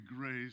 grace